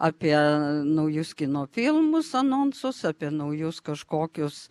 apie naujus kino filmus anonsus apie naujus kažkokius